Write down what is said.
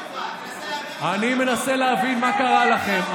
אני מנסה להבין מה קרה לכם.